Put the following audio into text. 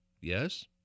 Yes